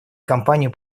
кампанию